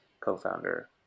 co-founder